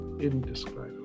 Indescribable